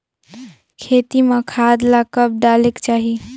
खेती म खाद ला कब डालेक चाही?